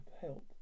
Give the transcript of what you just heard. help